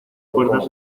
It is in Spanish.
puertas